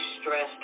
stressed